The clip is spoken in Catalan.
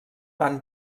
van